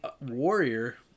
warrior